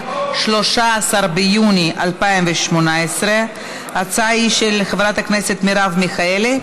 13 ביוני 2018. ההצעה היא של חברת הכנסת מרב מיכאלי,